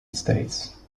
states